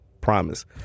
Promise